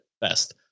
best